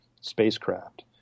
spacecraft